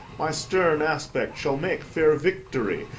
my stern aspect shall make fair victory,